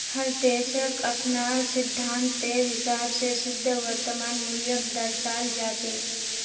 हर देशक अपनार सिद्धान्तेर हिसाब स शुद्ध वर्तमान मूल्यक दर्शाल जा छेक